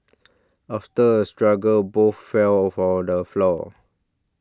after a struggle both fell for the floor